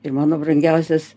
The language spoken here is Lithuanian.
ir mano brangiausias